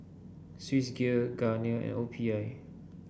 Swissgear Garnier L P I